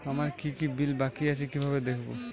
আমার কি কি বিল বাকী আছে কিভাবে দেখবো?